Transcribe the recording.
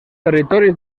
territoris